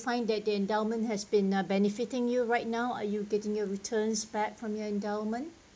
find that the endowment has been uh benefiting you right now are you getting your returns back from your endowment